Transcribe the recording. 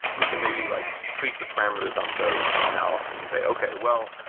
you can maybe like tweak the parameters on those analysis and say, okay. well,